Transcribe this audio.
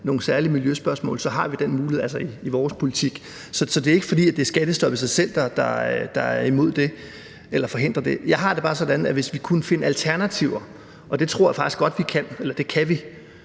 nogle særlige miljøspørgsmål, har vi den mulighed, altså i vores politik. Så det er ikke, fordi det er skattestoppet i sig selv, der forhindrer det. Jeg har det bare sådan, at hvis vi kunne finde alternativer – og det kan vi, jævnfør det,